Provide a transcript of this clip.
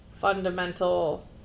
fundamental